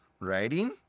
writing